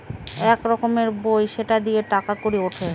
এক রকমের বই সেটা দিয়ে টাকা কড়ি উঠে